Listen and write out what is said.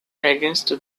against